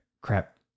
crap